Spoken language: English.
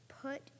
put